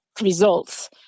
results